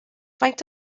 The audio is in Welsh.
faint